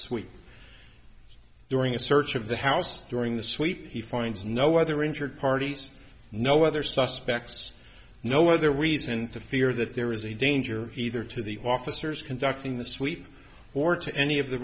suite during a search of the house during the sweep he finds no other injured parties no other suspects no other reason to fear that there was a danger either to the officers conducting the sweep or to any of the